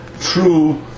true